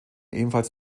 ebenfalls